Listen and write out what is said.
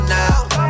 now